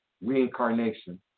reincarnation